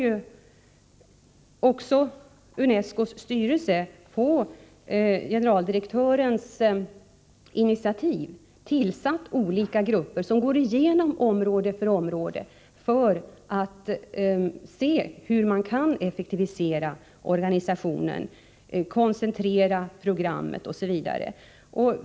UNESCO:s styrelse har på generaldirektörens initiativ tillsatt olika grupper som går igenom område för område för att se hur man kan effektivisera organisationen, koncentrera programmet, osv.